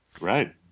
Right